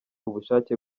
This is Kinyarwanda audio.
ubushake